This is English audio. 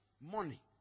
money